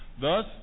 thus